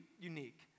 unique